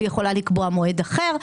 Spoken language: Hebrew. והיא יכולה לקבוע מועד אחר.